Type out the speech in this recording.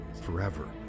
Forever